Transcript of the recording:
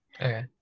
Okay